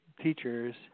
teachers